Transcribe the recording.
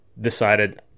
decided